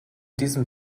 diesem